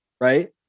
Right